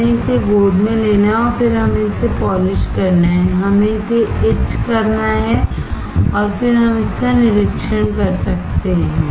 हमें इसे लैप करना है और फिर हमें इसे पॉलिश करना है हमें इसे इच करना है और फिर हम इसका निरीक्षण कर सकते हैं